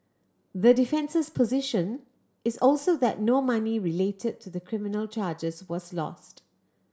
the defence's position is also that no money related to the criminal charges was lost